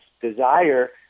desire